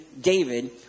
David